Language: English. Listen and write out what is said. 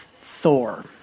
Thor